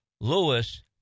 Lewis